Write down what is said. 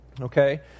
Okay